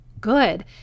good